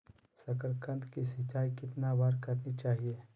साकारकंद की सिंचाई कितनी बार करनी चाहिए?